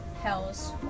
Hell's